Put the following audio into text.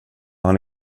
han